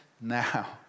now